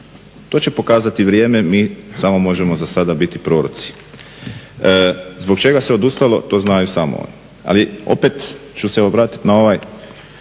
To će pokazati vrijeme. Mi samo možemo za sada biti proroci. Zbog čega se odustalo to znaju samo oni. Ali opet ću se obratiti na ovaj